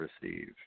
receive